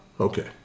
Okay